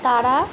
তারা